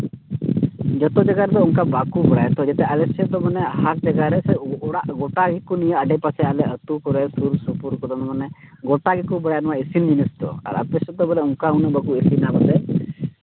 ᱡᱚᱛᱚ ᱡᱟᱭᱜᱟ ᱨᱮᱫᱚ ᱚᱱᱠᱟ ᱵᱟᱠᱚ ᱵᱟᱲᱟᱭᱟ ᱛᱚ ᱡᱟᱛᱮ ᱟᱞᱮ ᱥᱮᱫ ᱫᱚ ᱢᱟᱱᱮ ᱦᱟᱴ ᱵᱟᱡᱟᱨ ᱨᱮᱥᱮ ᱚᱲᱟᱜ ᱜᱚᱴᱟ ᱜᱮᱠᱚ ᱱᱤᱭᱟᱹ ᱟᱰᱮ ᱯᱟᱥᱮ ᱟᱞᱮ ᱟᱹᱛᱩ ᱠᱚᱨᱮᱜ ᱥᱩᱨᱼᱥᱩᱯᱩᱨ ᱠᱚᱫᱚ ᱢᱟᱱᱮ ᱜᱚᱴᱟ ᱜᱮᱠᱚ ᱵᱟᱲᱟᱭᱟ ᱱᱚᱣᱟ ᱤᱥᱤᱱ ᱡᱤᱱᱤᱥ ᱫᱚ ᱟᱨ ᱟᱯᱮ ᱥᱮᱫ ᱫᱚ ᱵᱚᱞᱮ ᱚᱱᱠᱟ ᱩᱱᱟᱹᱜ ᱵᱟᱠᱚ ᱤᱥᱤᱱᱟ ᱵᱚᱞᱮ